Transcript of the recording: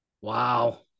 Wow